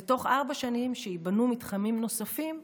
ותוך ארבע שנים, כשייבנו מתחמים נוספים,